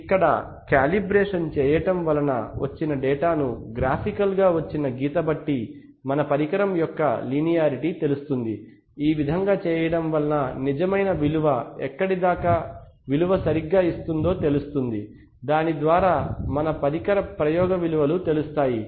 మనం ఇక్కడ కాలిబ్రేషన్ చేయడం వలన వచ్చిన డేటాను గ్రాఫికల్ గా వచ్చిన గీత బట్టి మన పరికరం యొక్క లీనియార్టీ తెలుస్తుంది ఈ విధంగా చేయడం వలన నిజమైన విలువ ఎక్కడి దాకా విలువ సరిగ్గా ఇస్తుందో తెలుస్తుంది దాని ద్వారా మన పరికర ప్రయోగ విలువలు తెలుస్తాయి